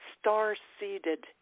star-seeded